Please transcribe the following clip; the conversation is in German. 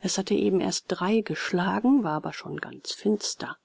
es hatte eben erst drei geschlagen war aber schon ganz finster